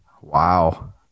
Wow